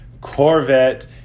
Corvette